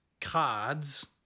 cards